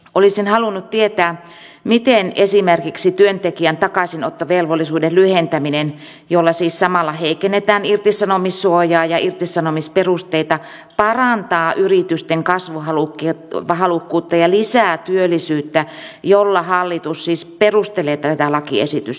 olisin halunnut tietää miten esimerkiksi työntekijän takaisinottovelvollisuuden lyhentäminen jolla siis samalla heikennetään irtisanomissuojaa ja irtisanomisperusteita parantaa yritysten kasvuhalukkuutta ja lisää työllisyyttä millä hallitus siis perustelee tätä lakiesitystä